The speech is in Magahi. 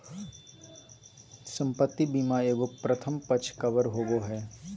संपत्ति बीमा एगो प्रथम पक्ष कवर होबो हइ